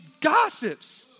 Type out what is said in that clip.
gossips